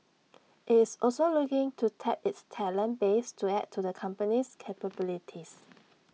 is also looking to tap its talent base to add to the company's capabilities